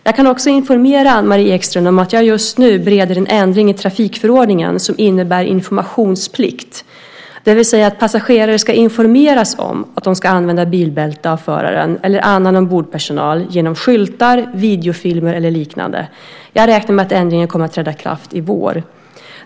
Jag kan också informera Anne-Marie Ekström om att jag just nu bereder en ändring i trafikförordningen som innebär informationsplikt, det vill säga att passagerare ska informeras om att de ska använda bilbälte av föraren eller annan ombordpersonal, genom skyltar, videofilmer eller liknande. Jag räknar med att ändringen kommer att träda i kraft i vår.